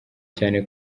cyane